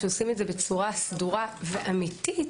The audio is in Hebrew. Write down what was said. שעושים את זה בצורה סדורה ואמיתית,